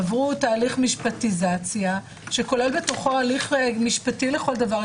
עברו תהליך משפטיזציה שכולל בתוכו הליך משפטי לכל דבר,